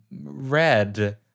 Red